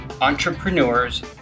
Entrepreneurs